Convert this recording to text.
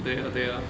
对咯对咯